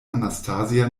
anastasia